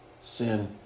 sin